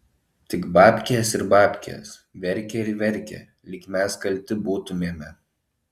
tik babkės ir babkės verkia ir verkia lyg mes kalti būtumėme